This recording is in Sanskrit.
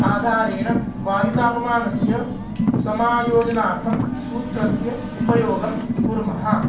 आधारेण वायुतापमानस्य समायोजनार्थं सूत्रस्य उपयोगं कुर्मः